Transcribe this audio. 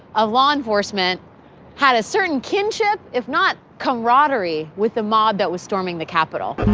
of law enforcement had a certain kinship, if not comradery with the mob that was storming the capitol.